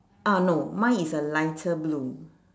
uh no mine is a lighter blue